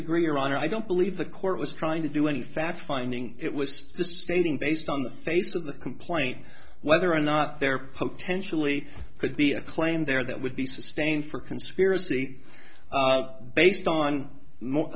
disagree your honor i don't believe the court was trying to do any fact finding it was stating based on the face of the complaint whether or not there potentially could be a claim there that would be sustained for conspiracy based on more